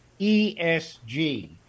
ESG